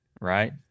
right